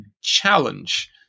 challenge